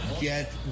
Get